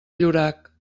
llorac